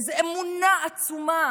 איזו אמונה עצומה